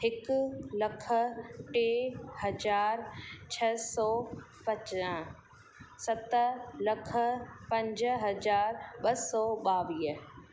हिकु लख टे हज़ार छह सौ पचा सत लख पंज हज़ार ॿ सौ ॿावीह